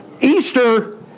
Easter